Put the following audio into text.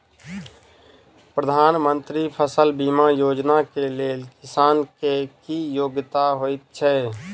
प्रधानमंत्री फसल बीमा योजना केँ लेल किसान केँ की योग्यता होइत छै?